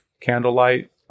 candlelight